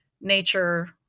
nature